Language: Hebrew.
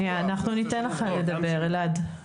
אנחנו ניתן לך לדבר, אלעד.